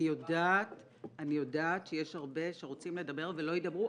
אני יודעת שיש הרבה שרוצים לדבר, ולא ידברו.